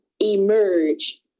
emerge